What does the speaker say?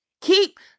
Keep